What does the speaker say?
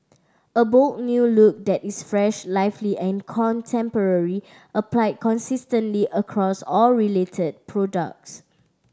a bold new look that is fresh lively and contemporary applied consistently across all related products